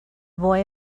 boy